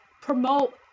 promote